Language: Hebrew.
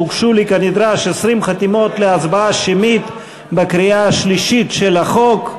הוגשו לי כנדרש 20 חתימות להצבעה שמית בקריאה השלישית של החוק.